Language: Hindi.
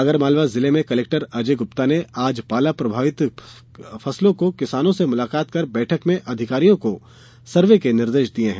आगरमालवा जिले में कलेक्टर अजय गुप्ता ने आज पाला प्रभावित फसलों के किसानों से मुलाकात कर बैठक में अधिकारियों को सर्वे के निर्देश दिये हैं